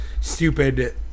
stupid